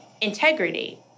integrity